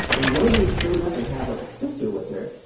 and one of them showed up and had, like, a sister with her.